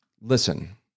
listen